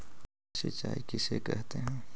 सिंचाई किसे कहते हैं?